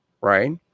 right